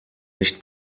nicht